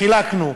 שחילקנו,